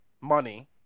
money